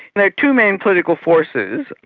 but are two main political forces.